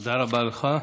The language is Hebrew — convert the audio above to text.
תודה רבה לך.